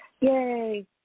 Yay